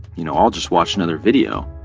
you know, i'll just watch another video